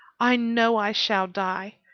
i know i shall die.